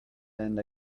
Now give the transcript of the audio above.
and